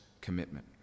commitment